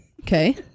okay